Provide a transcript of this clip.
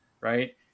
right